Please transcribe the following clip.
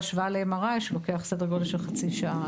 בהשוואה ל-MRI שלוקח סדר גודל של חצי שעה,